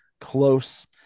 close